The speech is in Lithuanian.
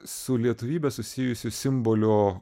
su lietuvybe susijusių simbolių